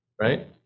right